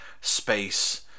space